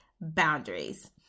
boundaries